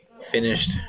finished